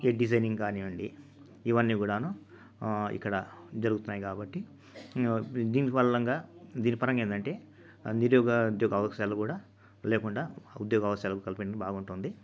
ఈ డిజైనింగ్ కానివ్వండి ఇవ్వన్నీ కూడాను ఇక్కడ జరుగుతున్నాయి కాబట్టి దీని వల్ల ఇంకా దీని పరంగా ఏందంటే నిరుఉద్యోగ అవకాశాలు కూడా లేకుండా ఉద్యోగ అవశాలు కల్పన బాగుంటుంది